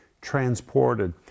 transported